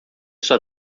sua